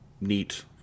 neat